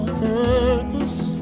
purpose